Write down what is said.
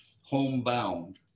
homebound